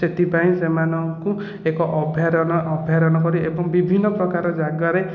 ସେଥିପାଇଁ ସେମାନଙ୍କୁ ଏକ ଅଭୟାରଣ୍ୟ ଅଭୟାରଣ୍ୟ କରି ଏବଂ ବିଭିନ୍ନ ପ୍ରକାର ଜାଗାରେ